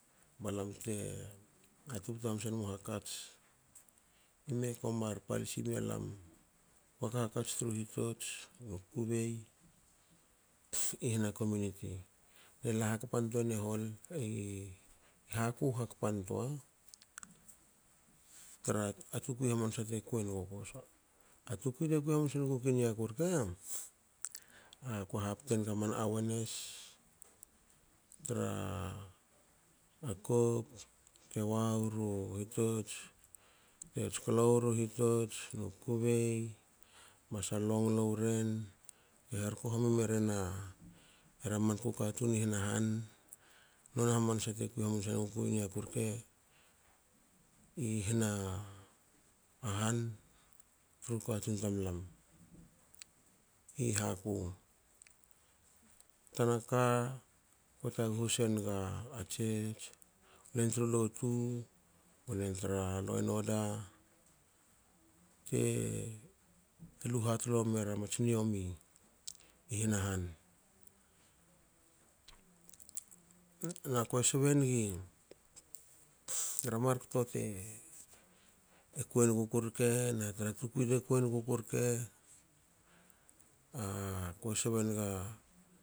Balam te hatubutu hamanse mu hakats ime komar palsi mialam u hak hakats tru hitots nu kukubei i hna komuniti. ela hakpantuani hol haku hakpantua tra tukui hamansa te kuenguku. A tukui te kui haman sengukui niaku rke akue haptenga man awareness tra kop te wa weru hitots te tsklo weru hitots nu kukubei masal longlo woren te terko homi meren era manku katun i hna han noni hamansa tekui hamanse ngukui niaku rke i hna han tru katun tamlam i haku. Tanaka kue taguhu senga church len tru lotu lan tra lo na oda telu hatlo mera mats niomi hna han nakue sbe nigi tra markto tekuen guku rke na tra tukui te kuenguku rke. ako sbenga